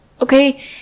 okay